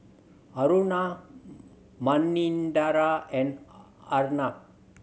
Aruna Manindra and Arnab